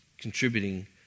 contributing